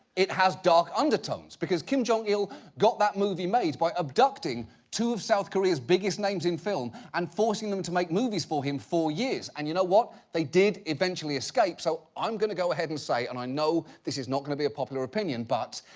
it has dark undertones. because kim jong-il got that movie made by abducting two of south korea's biggest names in film, and forcing them to make movies for him, for years. and you know what? they did eventually escape, so i'm gonna go ahead and say, and i know this is not gonna be a popular opinion, but,